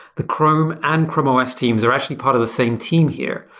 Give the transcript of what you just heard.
the chrome and chrome os teams are actually part of the same team here.